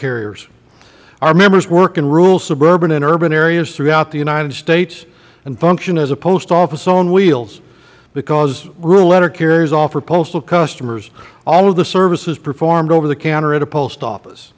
carriers our members work in rural suburban and urban areas throughout the united states and function as a post office on wheels because rural letter carriers offer postal customers all of the services performed over the counter at a post office